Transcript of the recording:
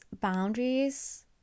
boundaries